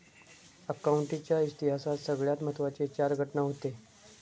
accounting च्या इतिहासात सगळ्यात महत्त्वाचे चार घटना हूते